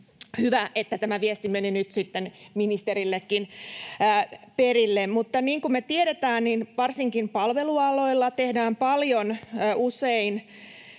Hyvä, että tämä viesti meni nyt sitten ministerillekin perille. Niin kuin me tiedetään, varsinkin palvelualoilla tehdään paljon,